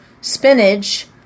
spinach